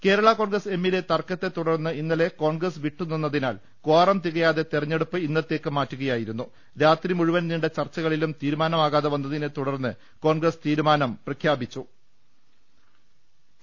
കേരളാ കോൺഗ്രസ് എമ്മിലെ ്തർക്കത്തെ തുടർന്ന് ഇന്നലെ കോൺഗ്രസ് വിട്ടു നിന്ന തിനാൽ കാറം തികയാതെ തെരഞ്ഞെടുപ്പ് ഇന്നത്തേക്ക് മാറ്റുക യായിരുന്നു രാത്രി മുഴുവൻ നീണ്ട ചർച്ചകളിലും തീരുമാനമാകാ തെ വന്നതിനെ തുടർന്ന് കോൺഗ്രസ് തീരുമാനം പ്രഖ്യാപിക്കുക യായിരുന്നു